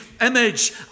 image